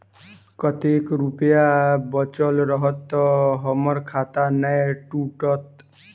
कतेक रुपया बचल रहत तऽ हम्मर खाता नै टूटत?